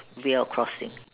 without crossing